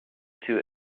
two